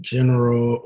General